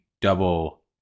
double